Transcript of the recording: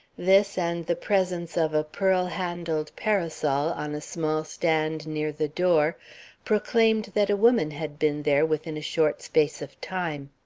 this and the presence of a pearl-handled parasol on a small stand near the door proclaimed that a woman had been there within a short space of time.